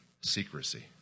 secrecy